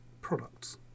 products